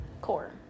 Core